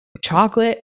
chocolate